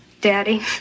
Daddy